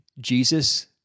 Jesus